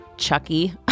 Chucky